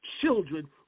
children